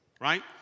Right